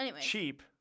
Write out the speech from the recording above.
cheap